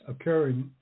occurring